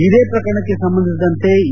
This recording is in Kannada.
ಇದೇ ಪ್ರಕರಣಕ್ಕೆ ಸಂಬಂಧಿಸಿದಂತೆ ಇ